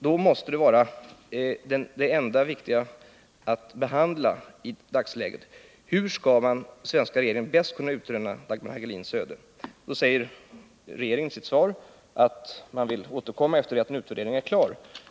Då måste den viktigaste frågan vara: Hur skall den svenska regeringen bäst kunna utröna Dagmar Hagelins öde? Regeringens svar är att man vill återkomma efter det att en utredning är klar.